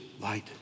light